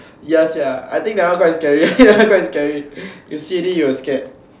yes ya I think that one quite scary quite scary you see already you will scared